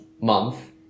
month